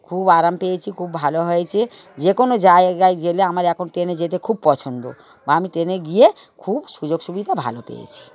খুব আরাম পেয়েছি খুব ভালো হয়েছে যে কোনো জায়গায় গেলে আমার এখন ট্রেনে যেতে খুব পছন্দ বা আমি ট্রেনে গিয়ে খুব সুযোগ সুবিধা ভালো পেয়েছি